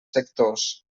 sectors